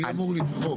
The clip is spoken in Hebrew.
מי אמור לבחור?